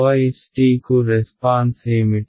V p est కు response ఏమిటి